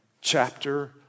chapter